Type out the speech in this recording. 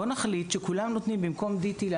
בואו נחליט שבמקום לתת את החיסון הזה יתנו